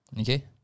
okay